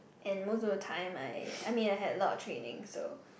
and most of the time I I mean I had a lot of training so